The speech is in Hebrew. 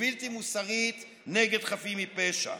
ובלתי מוסרית נגד חפים מפשע.